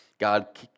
God